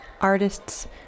artists